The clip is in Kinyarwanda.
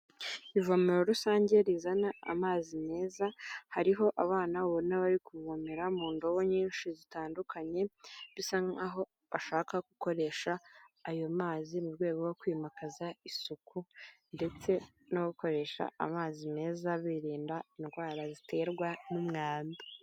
Ivomero rusange rizana amazi meza, hariho abana ubona bari kuvomera mu ndobo nyinshi zitandukanye, bisa nkaho bashaka gukoresha ayo mazi mu rwego rwo kwimakaza isuku, ndetse no gukoresha amazi meza birinda indwara ziterwa n'umwanda.